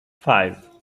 five